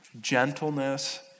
gentleness